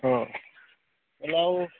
ହଁ ତାହାଲେ ଆଉ